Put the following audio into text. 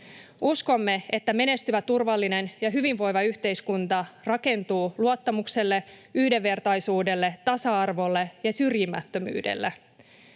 Uskomme, että menestyvä, turvallinen ja hyvinvoiva yhteiskunta rakentuu luottamukselle, yhdenvertaisuudelle, tasa-arvolle ja syrjimättömyydelle.